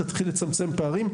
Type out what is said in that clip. תתחיל לצמצם פערים,